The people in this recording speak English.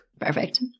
Perfect